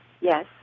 Yes